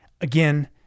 Again